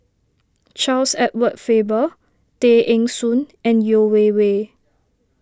Charles Edward Faber Tay Eng Soon and Yeo Wei Wei